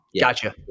Gotcha